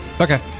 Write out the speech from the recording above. Okay